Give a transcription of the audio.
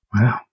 Wow